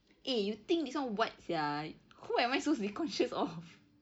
eh you think this one what [sial] who am I supposed to be conscious of